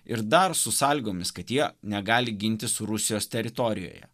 ir dar su sąlygomis kad jie negali gintis rusijos teritorijoje